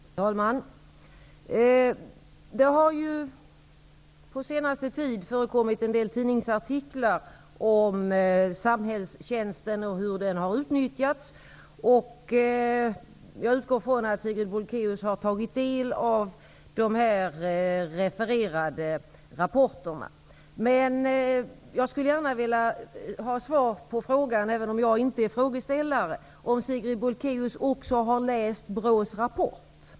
Fru talman! Det har på senaste tiden förekommit en del tidningsartiklar om hur samhällstjänsten har utnyttjats. Jag utgår från att Sigrid Bolkéus har tagit del av de refererade rapporterna. Jag skulle gärna vilja ha svar på frågan, även om jag inte är frågeställare, om Sigrid Bolkéus också har läst BRÅ:s rapport.